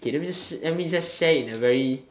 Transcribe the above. okay let me let me just share it in a very